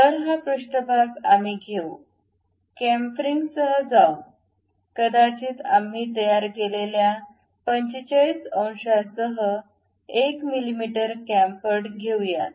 तर हा पृष्ठभाग आम्ही घेऊ कॅमफ्रिंगसह जाऊ कदाचित आम्ही तयार केलेल्या 45 अंशांसह 1 मिमी कॅम्फर्ड घेऊयात